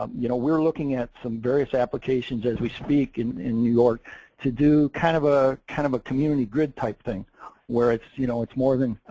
um you know, we're looking at some various applications as we speak in in new york to do kind of ah kind of a community grid type of thing where it's you know it's more than,